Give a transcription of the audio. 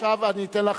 עכשיו אני אתן לך,